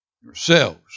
yourselves